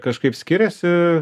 kažkaip skiriasi